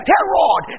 Herod